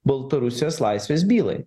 baltarusijos laisvės bylai